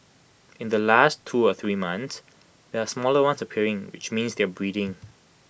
in the last two to three months there are smaller ones appearing which means they are breeding